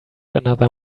another